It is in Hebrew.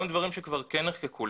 גם דברים שכבר כן נחקקו,